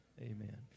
Amen